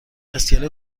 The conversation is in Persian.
اسکله